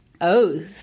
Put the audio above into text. oath